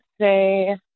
say